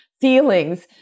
feelings